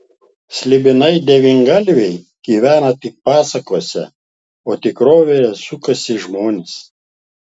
slibinai devyngalviai gyvena tik pasakose o tikrovėje sukasi žmonės